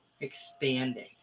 Expanding